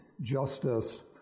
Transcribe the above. justice